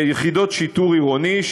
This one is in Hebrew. יחידות שיטור עירוני,